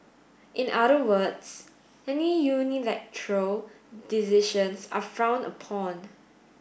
in other words any unilateral decisions are frowned upon